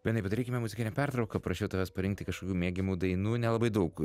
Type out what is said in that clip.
benai padarykime muzikinę pertrauką prašiau tavęs parinkti kažkokių mėgiamų dainų nelabai daug